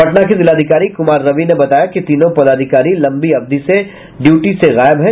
पटना के जिलाधिकारी कुमार रवि ने बताया कि तीनों पदाधिकारी लम्बी अवधि से ड्यूटी से गायब है